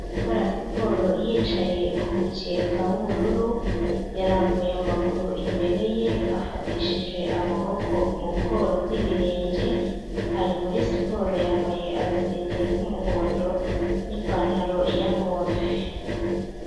Gukora siporo yicaye ku mukeka w'ubururu yarambuye amaguru imbere ye afatishije amaboko mu bworo bw'ibirenge ari muri siporo yambaye agasengeri k'umuhondo n'ipantaro y'amove.